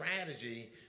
strategy